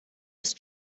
ist